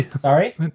Sorry